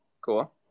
Cool